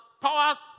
power